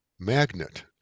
magnet